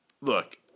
Look